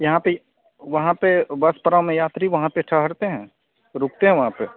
यहाँ पर वहाँ पर बस पड़ाव में यात्री वहाँ पर ठहरते हैं रुकते हैं वहाँ पर